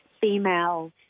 female